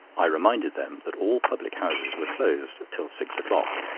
i reminded them that all public-houses were closed till six o'clock.